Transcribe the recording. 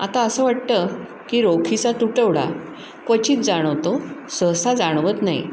आता असं वाटतं की रोखीचा तुटवडा क्वचित जाणवतो सहसा जाणवत नाही